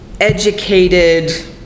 educated